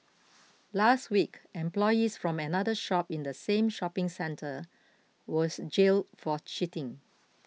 last week employees from another shop in the same shopping centre were jailed for cheating